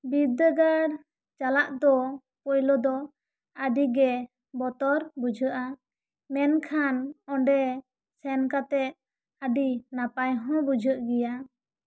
ᱵᱤᱫᱽᱫᱟᱹᱜᱟᱲ ᱪᱟᱞᱟᱜ ᱫᱚ ᱯᱟᱹᱭᱞᱟᱹ ᱫᱚ ᱟᱹᱰᱤ ᱜᱮ ᱵᱚᱛᱚᱨ ᱵᱩᱡᱷᱟᱹᱜᱼᱟ ᱢᱮᱱᱠᱷᱟᱱ ᱚᱸᱰᱮ ᱥᱮᱱᱠᱟᱛᱮ ᱟᱹᱰᱤ ᱱᱟᱯᱟᱭ ᱦᱚᱸ ᱵᱩᱡᱷᱟᱹᱜ ᱜᱮᱭᱟ